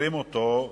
זוכרים אותו,